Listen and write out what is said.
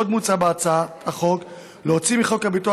עוד מוצע בהצעת החוק להוציא מחוק הביטוח